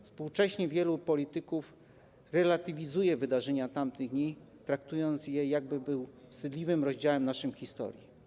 Współcześnie wielu polityków relatywizuje wydarzenia tamtych dni, traktując je, jakby były wstydliwym rozdziałem naszej historii.